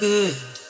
good